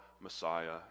Messiah